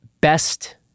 Best